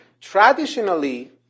Traditionally